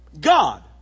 God